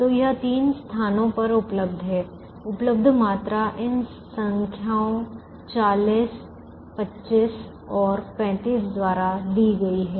तो यह तीन स्थानों पर उपलब्ध है उपलब्ध मात्रा इन संख्याओं 40 25 सप्लाय पॉइंटस और 35 द्वारा दी गई है